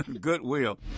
Goodwill